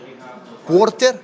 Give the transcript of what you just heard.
quarter